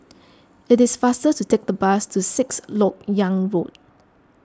it is faster to take the bus to Sixth Lok Yang Road